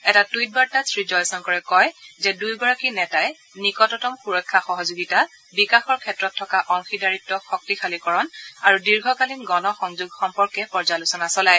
এটা টুইটবাৰ্তাত শ্ৰীজয়শংকৰে কয় যে দুয়োগৰাকী নেতাই নিকটতম সুৰক্ষা সহযোগিতা বিকাশৰ ক্ষেত্ৰত থকা অংশীদাৰিত্ শক্তিশালীকৰণ আৰু দীৰ্ঘকালীন গণসংযোগ সম্পৰ্কে পৰ্যালোচনা চলায়